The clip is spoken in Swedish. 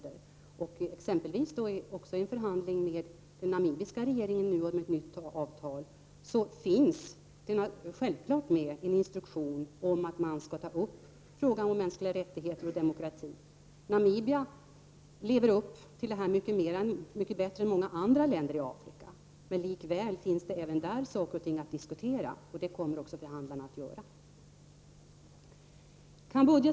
Detta gäller exempelvis i förhandlingen med den namibiska regeringen om ett nytt avtal. Där finns det självfallet med en instruktion om att frågan om mänskliga rättigheter och demokrati skall tas upp. Namibia lever upp till dessa mål mycket bättre än många andra länder i Afrika, men likväl finns det även där saker och ting att diskutera, och det kommer också förhandlarna att göra.